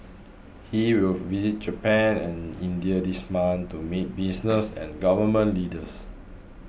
he will visit Japan and India this month to meet business and Government Leaders